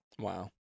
Wow